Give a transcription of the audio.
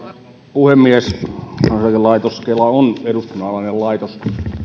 puhemies kansaneläkelaitos kela on eduskunnan alainen laitos